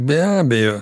be abejo